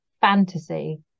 fantasy